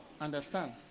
understand